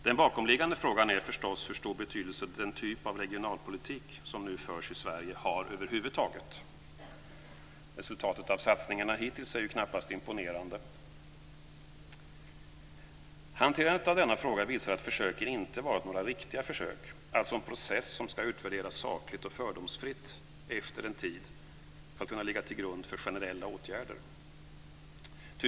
Den bakomliggande frågan är förstås hur stor betydelse den typ av regionalpolitik som nu förs i Sverige har över huvud taget. Resultatet av satsningarna hittills är ju knappast imponerande. Hanterandet av denna fråga visar att försöken inte har varit några riktiga försök, alltså en process som ska utvärderas sakligt och fördomsfritt efter en tid för att kunna ligga till grund för generella åtgärder.